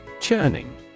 Churning